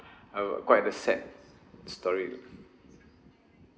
uh quite a sad story